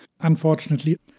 Unfortunately